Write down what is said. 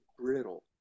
brittle